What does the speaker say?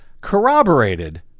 corroborated